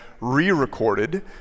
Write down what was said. re-recorded